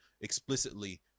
explicitly